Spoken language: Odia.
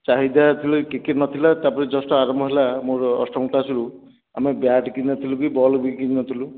ଚାହିଦା ଯେତେବେଳେ ଟିକିଏ ନଥିଲା ତା'ପରେ ଜଷ୍ଟ୍ ଆରମ୍ଭ ହେଲା ମୋର ଅଷ୍ଟମ କ୍ଲାସ୍ରୁ ଆମେ ବ୍ୟାଟ୍ କିଣିନଥିଲୁ କି ବଲ୍ ବି କିଣିନଥିଲୁ